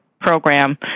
program